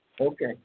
Okay